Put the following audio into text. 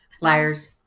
Liars